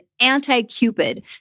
anti-Cupid